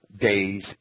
days